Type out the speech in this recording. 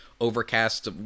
Overcast